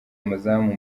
amazamu